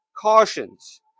cautions